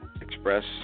express